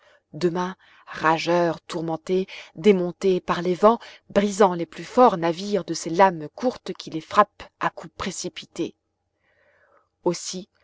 demain rageur tourmenté démonté par les vents brisant les plus forts navires de ses lames courtes qui les frappent à coups précipités ainsi